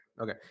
Okay